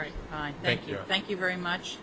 right thank you thank you very much